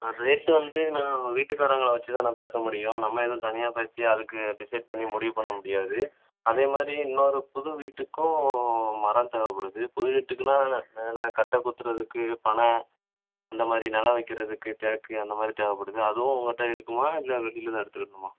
rate வந்து நான் வீட்டுக்காரங்களை வச்சு தான் நான் பேச முடியும் நம்ம எதும் தனியாக பேசி அதுக்கு டிசைட் பண்ணி முடிவு பண்ண முடியாது அதே மாதிரி இன்னொரு புது வீட்டுக்கும் மரம் தேவைப்படுது புது வீட்டுக்குன்னால் நில மேலே கட்டக் குத்துறதுக்கு பனை அந்த மாதிரி நில வைக்கிறதுக்கு தேக்கு அந்த மாதிரி தேவைப்படுது அதுவும் உங்ககிட்ட இருக்குமா இல்லை வெளியில தான் எடுத்துக்கிடணுமா